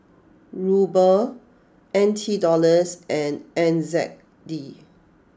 Ruble N T Dollars and N Z D